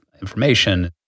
information